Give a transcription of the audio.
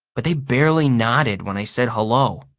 but they barely nodded when i said hello.